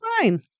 fine